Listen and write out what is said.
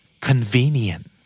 Convenient